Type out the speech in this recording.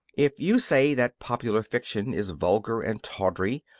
if you say that popular fiction is vulgar and tawdry,